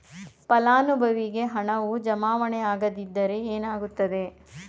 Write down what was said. ಫಲಾನುಭವಿಗೆ ಹಣವು ಜಮಾವಣೆ ಆಗದಿದ್ದರೆ ಏನಾಗುತ್ತದೆ?